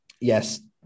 Yes